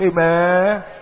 Amen